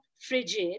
frigid